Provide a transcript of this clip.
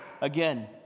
again